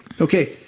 Okay